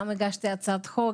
גם הגשתי הצעת חוק,